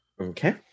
okay